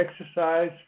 exercise